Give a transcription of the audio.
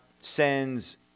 sends